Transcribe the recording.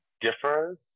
differs